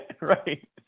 Right